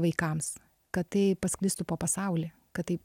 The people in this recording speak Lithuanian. vaikams kad tai pasklistų po pasaulį kad tai